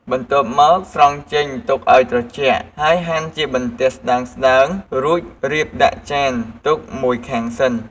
បន្ទាប់មក ស្រង់ចេញទុកឲ្យត្រជាក់ ហើយហាន់ជាបន្ទះស្តើងៗ រួចរៀបដាក់ចានទុកមួយខាងសិន។